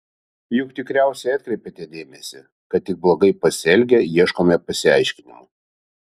juk tikriausiai atkreipėte dėmesį kad tik blogai pasielgę ieškome pasiaiškinimų